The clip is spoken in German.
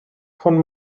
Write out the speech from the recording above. von